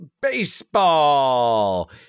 baseball